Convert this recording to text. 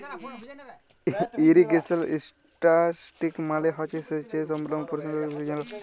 irrigation statistics মালে হছে সেঁচের সম্বল্ধে যে পরিসংখ্যালের বিষয় জালা